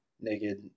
naked